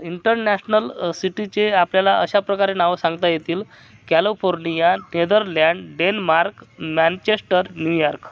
international सिटीचे आपल्याला अशा प्रकारे नावं सांगता येतील California Netherland Denmark Manchester New York